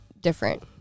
different